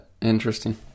interesting